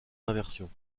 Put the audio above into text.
inversions